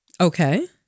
Okay